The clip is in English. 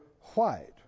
white